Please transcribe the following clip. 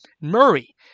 Murray